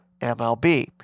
MLB